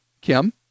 kim